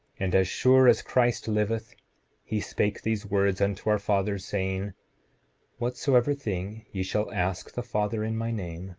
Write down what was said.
and as sure as christ liveth he spake these words unto our fathers, saying whatsoever thing ye shall ask the father in my name,